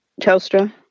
Telstra